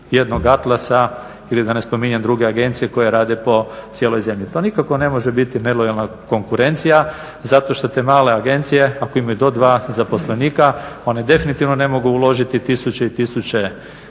jednog Atlasa ili da ne spominjem druge agencije koje rade po cijeloj zemlji. To nikako ne može biti nelojalna konkurencija zato što te male agencije ako imaju do dva zaposlenika one definitivno ne mogu uložiti tisuće i tisuće